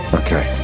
okay